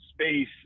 space